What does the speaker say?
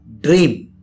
dream